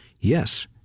yes